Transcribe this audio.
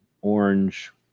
orange